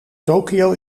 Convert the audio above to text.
tokio